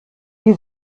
die